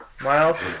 Miles